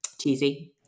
cheesy